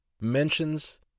mentions